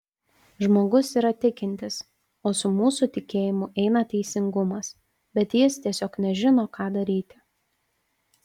žmogus yra tikintis o su mūsų tikėjimu eina teisingumas bet jis tiesiog nežino ką daryti